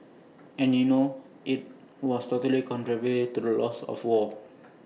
and you know IT was totally contrary to the laws of war